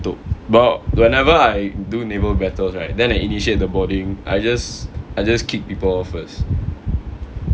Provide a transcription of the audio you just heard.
dope but whenever I do naval battles right then I initiate the boarding I just I just kick people off first